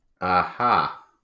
aha